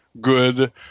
good